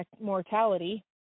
mortality